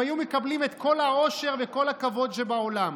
הם היו מקבלים את כל העושר וכל הכבוד שבעולם.